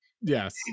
Yes